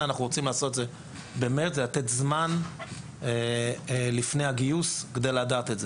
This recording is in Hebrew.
אנחנו עושים את זה במרץ ולתת זמן לפני הגיוס כדי לדעת את זה.